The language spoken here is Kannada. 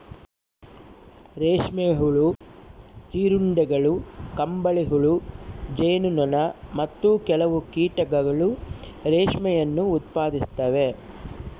ರೇಷ್ಮೆ ಹುಳು, ಜೀರುಂಡೆಗಳು, ಕಂಬಳಿಹುಳು, ಜೇನು ನೊಣ, ಮತ್ತು ಕೆಲವು ಕೀಟಗಳು ರೇಷ್ಮೆಯನ್ನು ಉತ್ಪಾದಿಸ್ತವ